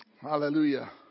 Hallelujah